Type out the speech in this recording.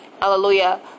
Hallelujah